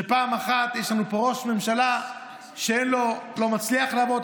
שפעם אחת יש לנו פה ראש ממשלה שלא מצליח לעבור את